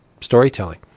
storytelling